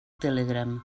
telegram